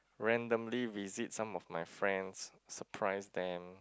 randomly visit some of my friends surprise them